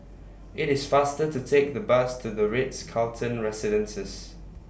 IT IS faster to Take The Bus to The Ritz Carlton Residences